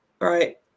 right